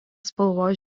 spalvos